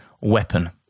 weapon